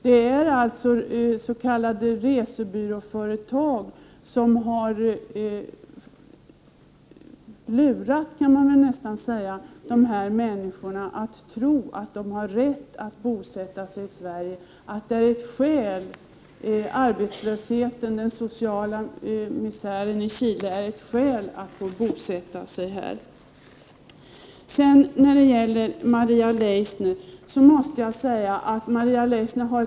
Det är alltså s.k. resebyråföretag som har lurat, kan man nästan säga, de här människorna att tro att de har rätt att bosätta sig i Sverige, att arbetslösheten och den sociala misären i Chile är ett skäl att få bosätta sig här. Maria Leissner för ett väldigt underligt resonemang om asylansökningar, 57 Prot.